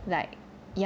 like